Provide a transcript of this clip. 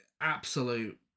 absolute